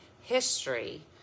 history